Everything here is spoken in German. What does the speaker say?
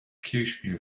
kirchspiel